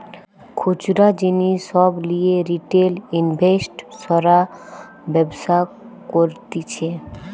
খুচরা জিনিস সব লিয়ে রিটেল ইনভেস্টর্সরা ব্যবসা করতিছে